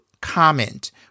comment